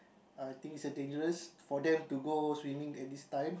I think is dangerous for them to go swimming at this time